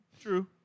True